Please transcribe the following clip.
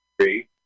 three